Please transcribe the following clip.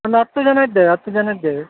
ಒಂದು ಹತ್ತು ಜನ ಇದ್ದೇವೆ ಹತ್ತು ಜನ ಇದ್ದೇವೆ